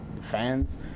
fans